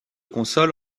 console